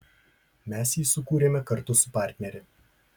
mes jį sukūrėme kartu su partnere